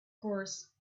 course